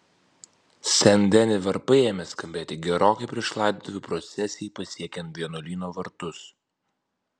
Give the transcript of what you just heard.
sen deni varpai ėmė skambėti gerokai prieš laidotuvių procesijai pasiekiant vienuolyno vartus